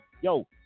yo